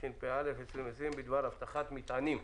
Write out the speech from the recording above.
התשפ"א 2020, בדבר אבטחת מטענים.